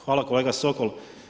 Hvala kolega Sokol.